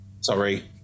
Sorry